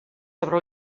sobre